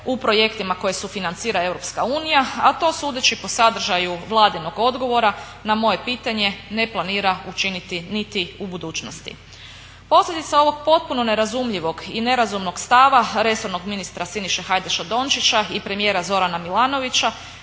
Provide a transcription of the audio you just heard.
u projektima koje sufinancira Europska unija, a to sudeći po sadržaju Vladinog odgovora na moje pitanje ne planira učiniti niti u budućnosti. Posljedica ovog potpunog nerazumljivog i nerazumnog stava resornog ministra Siniše Hajdaša Dončića i premijera Zorana Milanovića